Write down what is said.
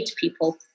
people